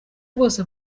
rwose